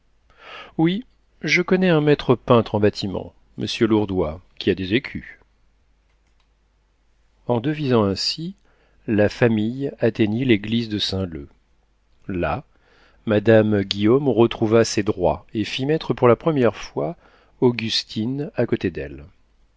oui je connais un maître peintre en bâtiment monsieur lourdois qui a des écus en devisant ainsi la famille atteignit l'église de saint-leu là madame guillaume retrouva ses droits et fit mettre pour la première fois augustine à côté d'elle